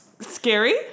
scary